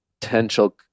potential